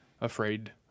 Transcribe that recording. afraid